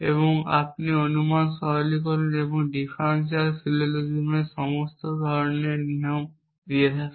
এবং আপনি অনুমান সরলীকরণ এবং ডিফারেনশিয়াল সিলোজিজমের সমস্ত ধরণের নিয়ম দিয়ে থাকেন